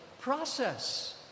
process